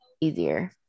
easier